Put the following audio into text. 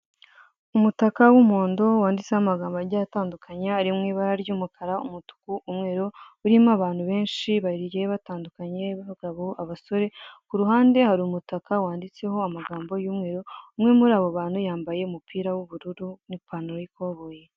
Umutaka w'umuhondo wanditseho amagambo agiye atandukanye ari mu ibara ry'umukara, umutuku, umweru; urimo abantu benshi bagiye batandukanye b'abagabo, abasore, ku ruhande hari umutaka wanditseho amagambo y'umweru; umwe muri abo bantu yambaye umupira w'ubururu n'ipantaro y'ikoboyi.